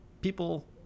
People